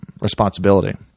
responsibility